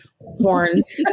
horns